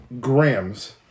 grams